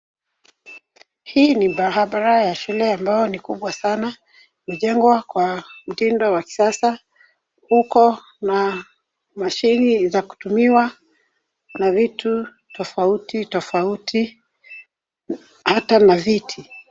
Hii ni barabara ya shule ambayo ni kubwa sana. Limejengwa kwa mtindo wa kisasa ikona mashini za kutumiwa na vitu tofauti tofauti hata na viti.